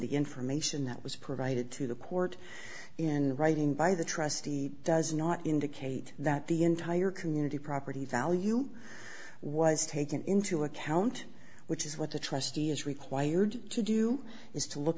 the information that was provided to the court in writing by the trustee does not indicate that the entire community property value was taken into account which is what the trustee is required to do is to look